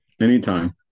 Anytime